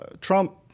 Trump